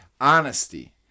honesty